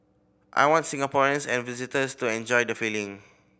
I want Singaporeans and visitors to enjoy the feeling